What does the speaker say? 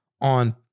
on